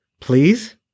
please